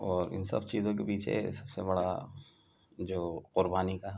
اور ان سب چیزوں کے پیچھے سب سے بڑا جو قربانی کا